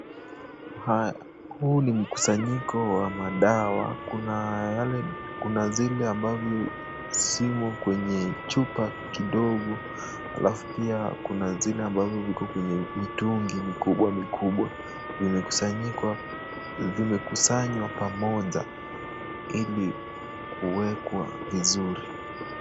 Huu ni mkusanyiko wa madawa kuna zile ambavyo zimo kwenye chupa kidogo alafu pia kuna zile ambazo ziko kwenye mitungi mikubwa mikubwa imekusanywa pamoja hili kuwekwa vizuri.